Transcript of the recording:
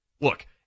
look